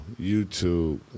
YouTube